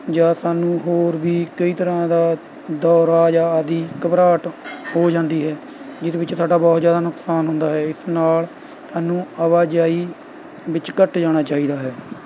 ਜਾਂ ਸਾਨੂੰ ਹੋਰ ਵੀ ਕਈ ਤਰ੍ਹਾਂ ਦਾ ਦੌਰਾ ਜਾਂ ਆਦਿ ਘਬਰਾਹਟ ਹੋ ਜਾਂਦੀ ਹੈ ਜਿਸ ਵਿੱਚ ਸਾਡਾ ਬਹੁਤ ਜ਼ਿਆਦਾ ਨੁਕਸਾਨ ਹੁੰਦਾ ਹੈ ਇਸ ਨਾਲ਼ ਸਾਨੂੰ ਆਵਾਜਾਈ ਵਿੱਚ ਘੱਟ ਜਾਣਾ ਚਾਹੀਦਾ ਹੈ